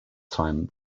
time